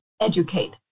educate